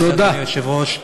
אדוני היושב-ראש,